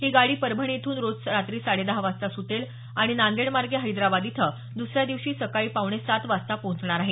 ही गाडी परभणी इथून रोज रात्री साडेदहा वाजता सुटेल आणि नांदेडमार्गे हैदराबाद इथं दुसऱ्या दिवशी सकाळी पावणे सात वाजता पोहोचणार आहे